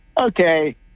Okay